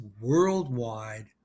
worldwide